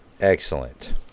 excellent